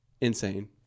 insane